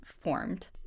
formed